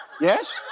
yes